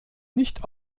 nicht